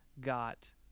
got